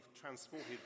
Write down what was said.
transported